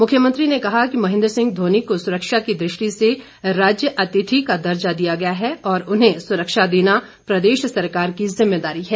मुख्यमंत्री ने कहा कि महेंद्र सिंह धोनी को सुरक्षा की दृष्टि से राज्य अतिथि का दर्जा दिया गया है और उन्हें सुरक्षा देना प्रदेश सरकार की जिम्मेदारी है